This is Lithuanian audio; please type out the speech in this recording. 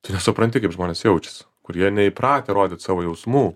tu nesupranti kaip žmonės jaučiasi kurie neįpratę rodyti savo jausmų